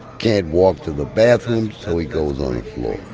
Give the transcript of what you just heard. can't walk to the bathroom, so he goes on the floor.